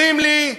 אומרים לי: